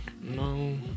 No